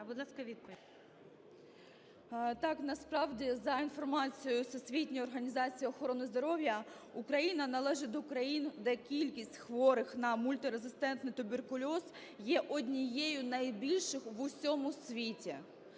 Так, насправді за інформацією Всесвітньої організації охорони здоров'я Україна належить до країн, де кількість хворих на мультирезистентний туберкульоз є однією найбільших в усьому світі.